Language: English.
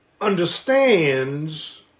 understands